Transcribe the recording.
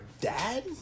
dad